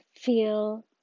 feel